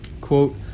quote